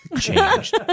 Changed